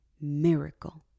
miracle